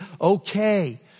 okay